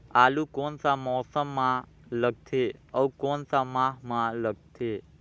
आलू कोन सा मौसम मां लगथे अउ कोन सा माह मां लगथे?